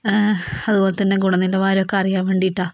അതുപോലെതന്നെ ഗുണനിലവാരം ഒക്കെ അറിയാൻ വേണ്ടിയിട്ടാണ്